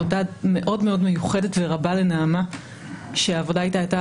תודה מאוד מאוד מיוחדת ורבה לנעמה שהעבודה איתה הייתה